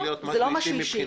זה לא משהו אישי.